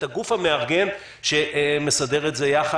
את הגוף המארגן שמסדר את זה יחד.